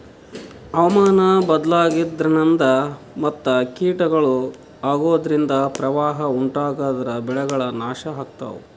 ಹವಾಮಾನ್ ಬದ್ಲಾಗದ್ರಿನ್ದ ಮತ್ ಕೀಟಗಳು ಅಗೋದ್ರಿಂದ ಪ್ರವಾಹ್ ಉಂಟಾದ್ರ ಬೆಳೆಗಳ್ ನಾಶ್ ಆಗ್ತಾವ